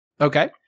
Okay